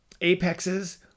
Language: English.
Apexes